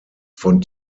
von